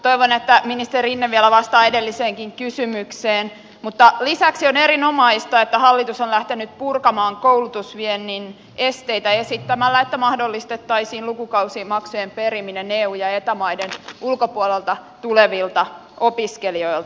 toivon että ministeri rinne vielä vastaa edelliseenkin kysymykseen mutta lisäksi on erinomaista että hallitus on lähtenyt purkamaan koulutusviennin esteitä esittämällä että mahdollistettaisiin lukukausimaksujen periminen eu ja eta maiden ulkopuolelta tulevilta opiskelijoilta